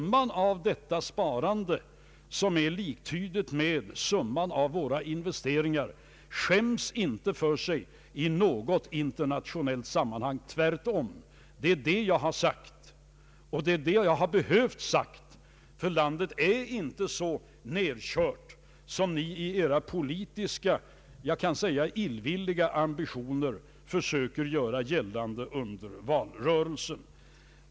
Summan av detta sparande som är liktydigt med summan av våra investeringar skäms inte för sig i något internationellt sammanhang. Det förhåller sig tvärtom. Det är detta som jag har sagt och det är detta jag har behövt säga, ty landet är inte så nedkört som ni i era politiska, jag kan säga illvilliga, ambitioner försökt göra gällande under valrörelsen.